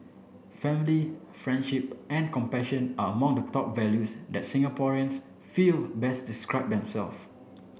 family friendship and compassion are among the top values that Singaporeans feel best describe themself